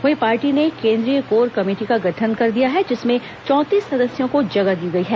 वहीं पार्टी ने केंद्रीय कोर कमेटी का गठन कर दिया है जिसमें चौंतीस सदस्यों को जगह दी गई है